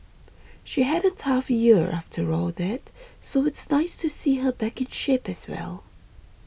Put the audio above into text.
she had a tough year after that so it's nice to see her back in shape as well